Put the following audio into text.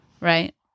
right